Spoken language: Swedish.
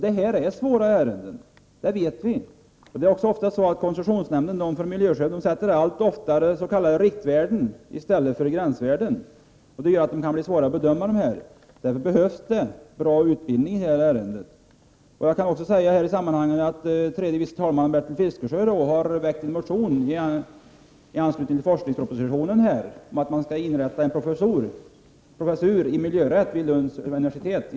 Detta är svåra ärenden, det vet vi. Koncessionsnämnden för miljöskydd sätter allt oftare riktvärden i stället för gränsvärden. Det gör att dessa fall kan bli svåra att bedöma. Därför behövs det bra utbildning på det här området. Jag vill också i detta sammanhang säga att tredje vice talman Bertil Fiskesjö har väckt en motion i anslutning till forskningspropositionen om att inrätta en professur i miljörätt vid Lunds universitet.